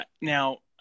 Now